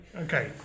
Okay